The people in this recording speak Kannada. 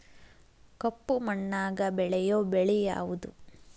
ಕಪ್ಪು ಮಣ್ಣಾಗ ಬೆಳೆಯೋ ಬೆಳಿ ಯಾವುದು?